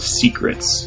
secrets